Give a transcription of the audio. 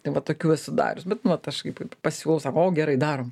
tai va tokių esu darius bet nu vat kažkaip pasiūlau sakau o gerai darom